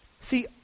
See